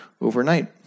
overnight